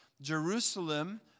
Jerusalem